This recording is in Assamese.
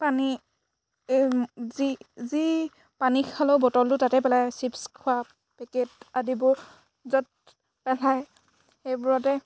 পানী যি যি পানী খালেও বটলটো তাতে পেলাই চিপচ খোৱা পেকেট আদিবোৰ য'ত পেলাই সেইবোৰতে